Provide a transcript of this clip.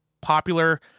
popular